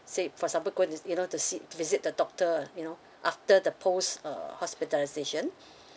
say for someone go and you know to see visit the doctor you know after the post uh hospitalisation